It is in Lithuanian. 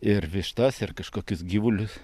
ir vištas ir kažkokius gyvulius